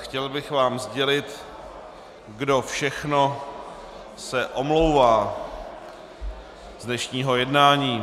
Chtěl bych vám sdělit, kdo všechno se omlouvá z dnešního jednání.